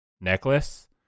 necklace